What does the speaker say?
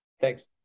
Thanks